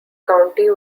county